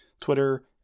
Twitter